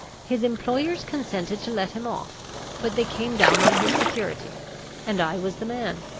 his employers consented to let him off but they came down on his security and i was the man.